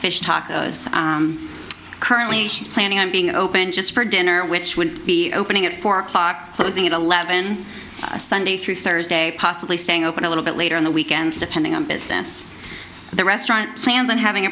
fish tacos currently planning on being open just for dinner which would be opening at four o'clock closing at eleven sunday through thursday possibly staying open a little bit later on the weekends depending on business the restaurant plans on having